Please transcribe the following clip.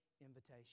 invitation